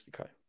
okay